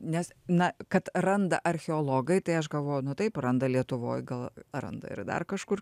nes na kad randa archeologai tai aš galvoju nu taip randa lietuvoj gal randa ir dar kažkur